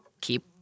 keep